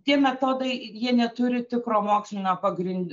tie metodai jie neturi tikro mokslinio pagrindi